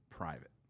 private